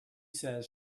says